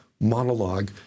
monologue